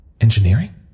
Engineering